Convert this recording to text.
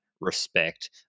respect